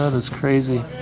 ah is crazy!